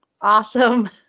awesome